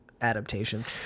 adaptations